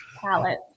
palette